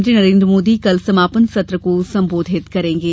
प्रधानमंत्री नरेन्द्र मोदी कल समापन सत्र को संबोधित करेंगे